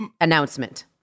announcement